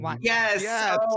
Yes